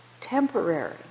temporary